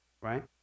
right